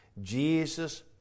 Jesus